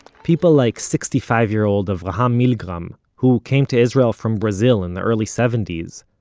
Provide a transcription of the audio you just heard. people like sixty-five-year-old avraham milgram, who came to israel from brazil in the early seventy s,